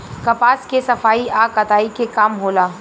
कपास के सफाई आ कताई के काम होला